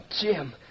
Jim